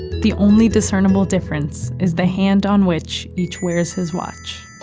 the only discernible difference is the hand on which each wears his watch